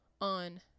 on